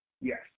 Yes